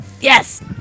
Yes